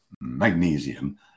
magnesium